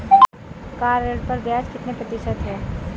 Car ऋण पर ब्याज कितने प्रतिशत है?